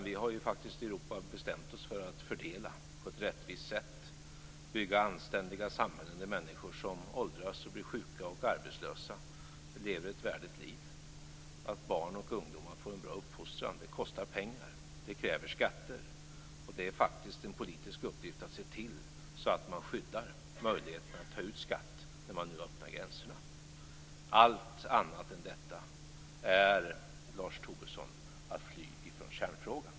Vi har faktiskt i Europa bestämt oss att fördela på ett rättvist sätt och bygga anständiga samhällen där människor som åldras och blir sjuka eller arbetslösa kan leva ett värdigt liv och där barn och ungdomar får en bra uppfostran. Det kostar pengar, det kräver skatter. Det är faktiskt en politisk uppgift att se till att vi skyddar möjligheten att ta ut skatt när man nu öppnar gränserna. Allt annat än detta är, Lars Tobisson, att fly från kärnfrågan.